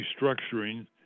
restructuring